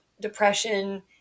depression